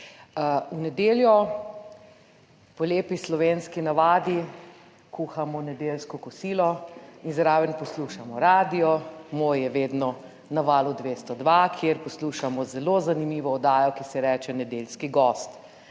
V nedeljo po lepi slovenski navadi kuhamo nedeljsko kosilo in zraven poslušamo radio. Moj je vedno na Valu 202, kjer poslušamo zelo zanimivo oddajo, ki se ji reče nedeljski gost.